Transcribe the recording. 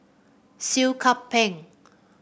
Seah Kian Peng